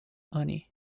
honey